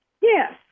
Yes